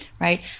Right